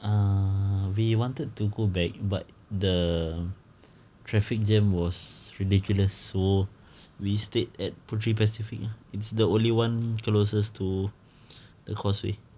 ah we wanted to go back but the traffic jam was ridiculous so we stayed at putri pacific it's the only one closest to the causeway